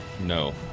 No